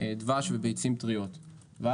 דבש וביצים טריות בקליפתן בלבד,